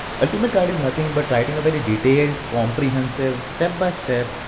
ultimate guides is nothing but writing a very detailed, comprehensive, step-by-step,